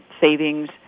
savings